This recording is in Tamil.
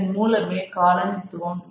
இதன் மூலமே காலனித்துவம்